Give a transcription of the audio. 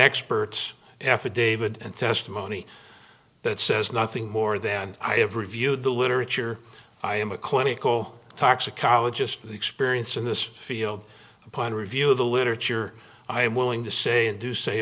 expert's affidavit and testimony that says nothing more than i have reviewed the literature i am a clinical toxicologist experience in this field upon review of the literature i am willing to say and do say